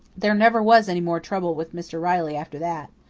there never was any more trouble with mr. riley after that.